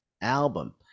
album